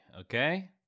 Okay